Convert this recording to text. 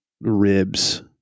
ribs